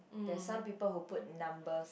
that's some people who put number